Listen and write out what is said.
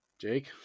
Jake